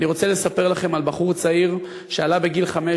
אני רוצה לספר לכם על בחור צעיר שעלה בגיל חמש